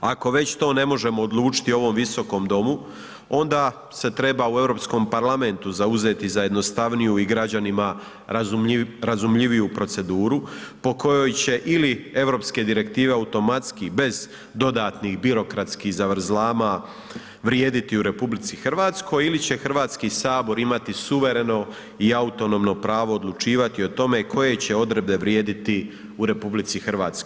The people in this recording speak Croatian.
Ako već to ne možemo odlučiti u ovom Visokom domu, onda se treba u Europskom parlamentu zauzeti za jednostavniju i građanima razumljiviju proceduru po kojoj će ili europske direktive automatski bez dodatnih birokratskih zavrzlama vrijediti u RH ili će Hrvatski sabor imati suvereno i autonomno pravo odlučivati o tome koje će odredbe vrijediti u RH.